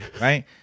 right